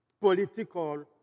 political